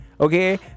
Okay